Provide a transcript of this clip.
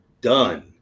done